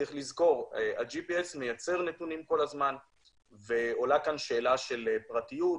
צריך לזכור שהג'י.פי.אס מייצר נתונים כל הזמן ועולה שאלה של פרטיות,